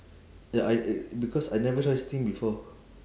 ya I because I never try steam before